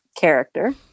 character